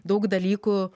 daug dalykų